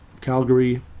Calgary